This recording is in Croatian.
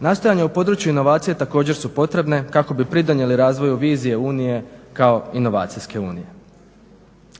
Nastajanje u području inovacija također su potrebne kako bi pridonijeli razvoju vizije Unije kao inovacijske UNIje.